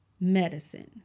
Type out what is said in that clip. medicine